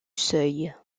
seuil